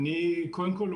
קודם כול,